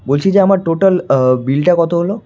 বলছি যে আমার টোটাল বিলটা কত হল